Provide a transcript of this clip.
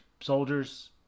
Soldiers